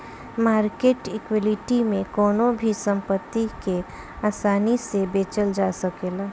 market equity में कवनो भी संपत्ति के आसानी से बेचल जा सकेला